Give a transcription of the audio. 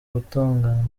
gutongana